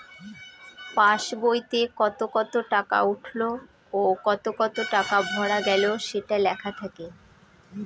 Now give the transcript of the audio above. pass বইতে কত কত টাকা উঠলো ও কত কত টাকা ভরা গেলো সেটা লেখা থাকে